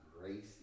grace